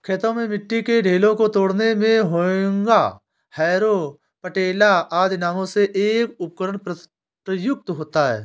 खेतों में मिट्टी के ढेलों को तोड़ने मे हेंगा, हैरो, पटेला आदि नामों से एक उपकरण प्रयुक्त होता है